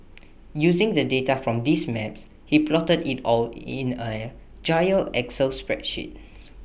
using the data from these maps he plotted IT all in A giant excel spreadsheets